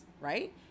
right